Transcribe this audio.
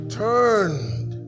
turned